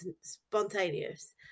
spontaneous